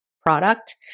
product